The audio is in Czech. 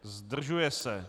Zdržuje se.